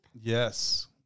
Yes